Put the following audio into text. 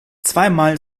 zweimal